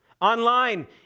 Online